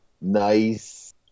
Nice